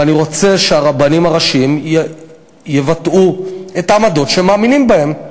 ואני רוצה שהרבנים הראשיים יבטאו את העמדות שהם מאמינים בהן,